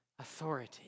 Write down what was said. authority